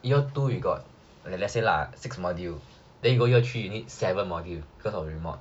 year two you got let's say lah you got six modules then go year three you need seven modules because of remod